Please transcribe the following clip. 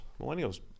millennials